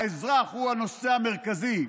האזרח הוא הנושא המרכזי,